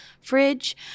fridge